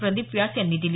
प्रदीप व्यास यांनी दिली